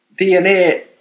DNA